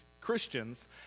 Christians